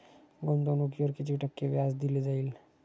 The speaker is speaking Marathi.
गुंतवणुकीवर किती टक्के व्याज दिले जाईल?